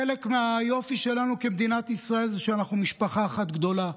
חלק מהיופי שלנו כמדינת ישראל זה שאנחנו משפחה אחת גדולה,